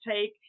take